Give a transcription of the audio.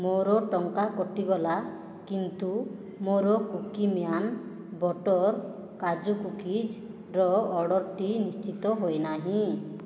ମୋର ଟଙ୍କା କଟିଗଲା କିନ୍ତୁ ମୋର କୁକୀମ୍ୟାନ୍ ବଟର୍ କାଜୁ କୁକିଜ୍ର ଅର୍ଡ଼ର୍ଟି ନିଶ୍ଚିତ ହୋଇନାହିଁ